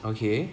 okay